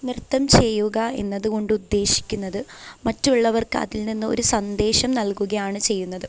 നൃത്തം ചെയ്യുക എന്നതുകൊണ്ട് ഉദ്ദേശിക്കുന്നത് മറ്റുള്ളവർക്ക് അതിൽനിന്ന് ഒരു സന്ദേശം നൽകുകയാണ് ചെയ്യുന്നത്